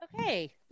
Okay